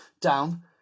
down